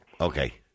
Okay